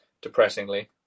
depressingly